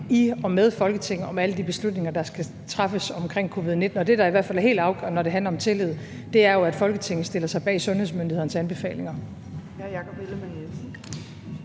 i og med Folketinget om alle de beslutninger, der skal træffes omkring covid-19. Og det, der i hvert fald er helt afgørende, når det handler om tillid, er jo, at Folketinget stiller sig bag sundhedsmyndighedernes anbefalinger.